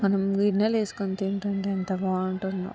మనం గిన్నెలో వేసుకొని తింటుంటే ఎంత బాగుంటుందో